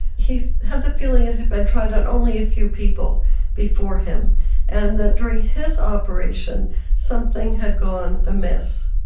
he had the feeling it had been tried on only a few people before him and that during his operation something had gone amiss.